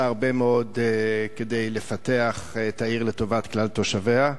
שעושה הרבה מאוד כדי לפתח את העיר לטובת כלל תושביה.